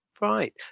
Right